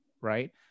right